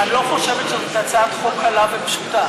אני לא חושבת שזאת הצעת חוק קלה ופשוטה.